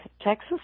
Texas